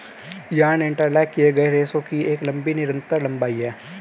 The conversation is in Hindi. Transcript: यार्न इंटरलॉक किए गए रेशों की एक लंबी निरंतर लंबाई है